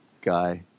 guy